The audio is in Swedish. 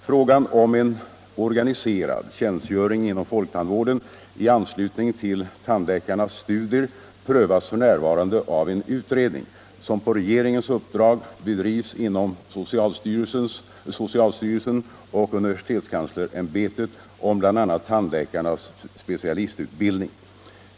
Frågan om en organiserad tjänstgöring inom folktandvården i anslutning till tandläkarnas studier prövas f.n. av en utredning, som på regeringens uppdrag bedrivs inom socialstyrelsen och universitetskanslersämbetet om bl.a. tandläkarnas specialistutbildning.